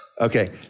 Okay